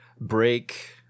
Break